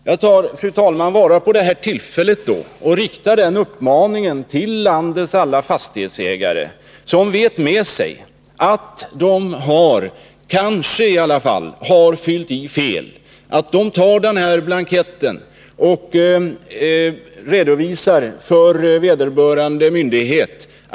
Jag tar tillfället i akt, fru talman, och riktar en uppmaning till landets alla fastighetsägare som vet med sig att de kanske har fyllt i blanketten fel att anmäla detta till vederbörande myndighet.